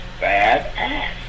badass